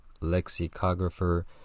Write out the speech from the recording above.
lexicographer